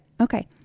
Okay